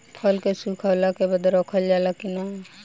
फसल के सुखावला के बाद रखल जाला कि न?